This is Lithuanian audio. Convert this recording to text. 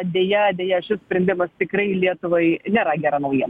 deja deja šis sprendimas tikrai lietuvai nėra gera naujiena